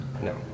No